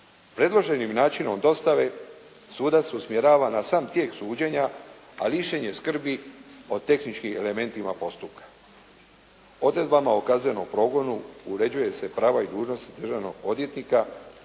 Predloženim načinom dostave sudac usmjerava na sam tijek suđenja, a lišenje skrbi o tehničkim elementima postupka. Odredbama o kaznenom progonu uređuje se prava i dužnosti državnog odvjetnika